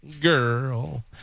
Girl